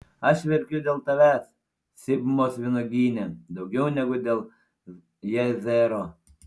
aš verkiu dėl tavęs sibmos vynuogyne daugiau negu dėl jazero